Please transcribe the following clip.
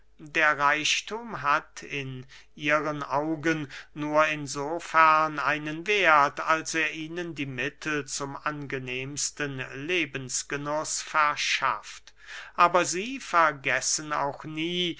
der reichthum hat in ihren augen nur in so fern einen werth als er ihnen die mittel zum angenehmsten lebensgenuß verschafft aber sie vergessen auch nie